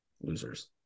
losers